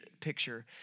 picture